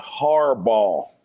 Harbaugh